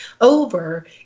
over